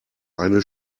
eine